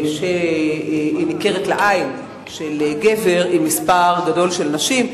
שהיא ניכרת לעין של גבר עם מספר גדול של נשים.